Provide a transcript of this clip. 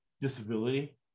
disability